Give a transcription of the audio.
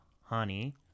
honey